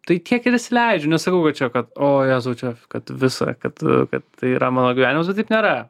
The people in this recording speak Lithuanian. tai tiek ir įsileidžiu nesakau kad čia kad o jezau čia kad visa kad kad tai yra mano gyvenimas bet taip nėra